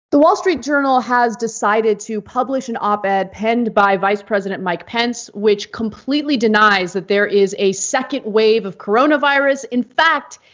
the wall street journal has decided to publish an op-ed penned by vice president mike pence, which completely denies that there is a second wave of coronavirus. in fact,